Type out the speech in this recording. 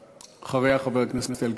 אחריה, חבר הכנסת אלקין.